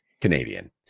Canadian